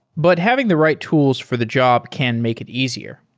but having the right tools for the job can make it easier.